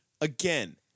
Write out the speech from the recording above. Again